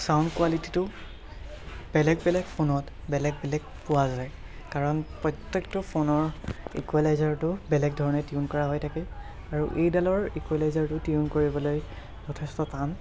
sound কোৱালিটীটো বেলেগ বেলেগ ফোনত বেলেগ বেলেগ পোৱা যায় কাৰণ প্ৰত্য়েকটো ফোনৰ ইকুৱেলাইজাৰটো বেলেগ ধৰণে টিউন কৰা হৈ থাকে আৰু এইডালৰ ইকুেৱেলাইজাৰটো টিউন কৰিবলৈ যথেষ্ট টান